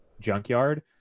junkyard